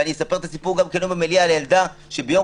ואני אספר את הסיפור גם כן היום במליאה על ילדה שביום